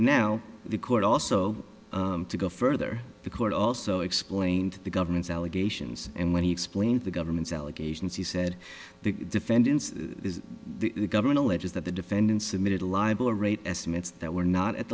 now the court also to go further the court also explained the government's allegations and when he explained the government's allegations he said the defendants the government alleges that the defendants submitted a libel rate estimates that were not at